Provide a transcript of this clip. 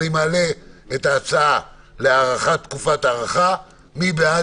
אני מעלה את ההצעה לתיקון ולהארכת תוקפן של תקנות שעת